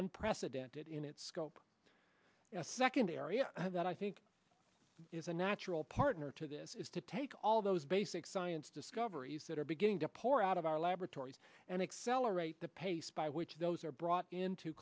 unprecedented in its scope a second area that i think is a natural partner to this is to take all those basic science discoveries that are beginning to pour out of our laboratories and accelerate the pace by which those are brought into